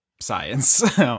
science